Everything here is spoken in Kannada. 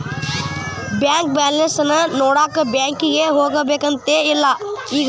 ಬ್ಯಾಂಕ್ ಬ್ಯಾಲೆನ್ಸ್ ನೋಡಾಕ ಬ್ಯಾಂಕಿಗೆ ಹೋಗ್ಬೇಕಂತೆನ್ ಇಲ್ಲ ಈಗ